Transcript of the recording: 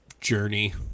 journey